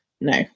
no